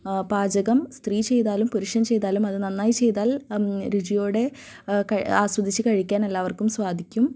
പാചകം സ്ത്രീ ചെയ്താലും പുരുഷൻ ചെയ്താലും അത് നന്നായി ചെയ്താൽ രുചിയോടെ ആസ്വദിച്ച് കഴിക്കാൻ എല്ലാവർക്കും സ്വാധിക്കും